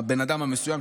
הבן אדם המסוים,